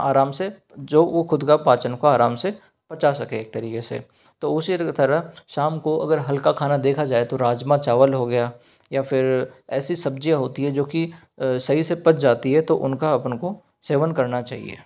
आराम से जो वो ख़ुद का पाचन को आराम से पचा सकें एक तरीके से तो उसी तरह शाम को अगर हल्का खाना देखा जाए तो राजमा चावल हो गया या फिर ऐसी सब्ज़ियाँ होती हैं जो कि सही से पच जाती है तो उनका अपने को सेवन करना चाहिए